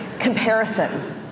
Comparison